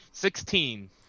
Sixteen